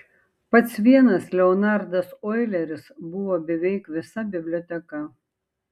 pats vienas leonardas oileris buvo beveik visa biblioteka